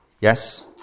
Yes